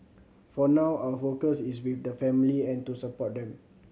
for now our focus is with the family and to support them